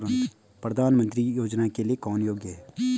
प्रधानमंत्री योजना के लिए कौन योग्य है?